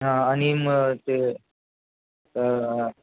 हां आणि मग ते